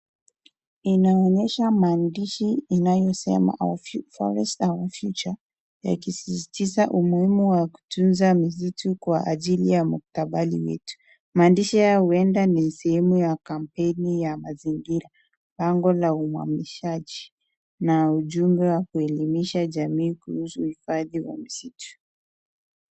Inaonyesha maandishi inayosema our forests our future , yakisisitiza umuhimu wa kutunza misitu kwa ajili ya muktabali wetu. Maandishi hayo huenda ni sehemu kampeni ya mazingira, lango la uhamishaji na ujumbe wa kuelimisha jamii kuhusu hifadhi wa misitu.